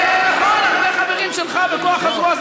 ונכון, הרבה חברים שלך זרקו אותנו בכוח הזרוע.